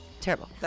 Terrible